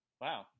Wow